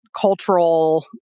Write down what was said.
cultural